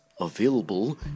available